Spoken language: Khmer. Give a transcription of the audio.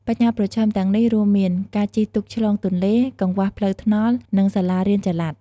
បញ្ហាប្រឈមទាំងនេះរួមមាន ការជិះទូកឆ្លងទន្លេ កង្វះផ្លូវថ្នល់ និងសាលារៀនចល័ត។